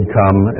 come